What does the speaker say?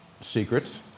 secret